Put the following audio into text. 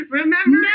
remember